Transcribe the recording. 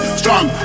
strong